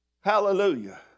Hallelujah